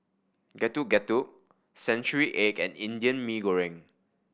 Getuk Getuk century egg and Indian Mee Goreng